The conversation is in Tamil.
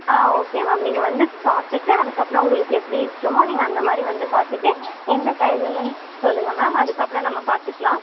ஆ ஓகே மேம் நீங்கள் வந்து பார்த்துட்டு அதுக்கப்பறம் உங்களுக்கு எப்படி இஷ்டமோ நீங்கள் அந்த மாதிரி வந்து பார்த்துட்டு எந்த டைமிங்குன்னு சொல்லுங்கள் மேம் அதுக்கப்பறம் நம்ம பார்த்துக்கலாம்